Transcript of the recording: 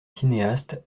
cinéaste